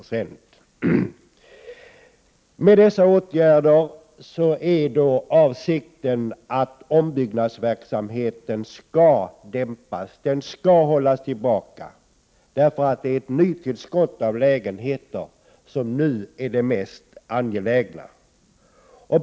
Avsikten med dessa åtgärder är att ombyggnadsverksamheten skall dämpas. Den skall hållas tillbaka, för det är ett nytillskott av lägenheter som nu är det mest angelägna.